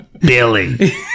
Billy